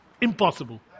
Impossible